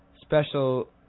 special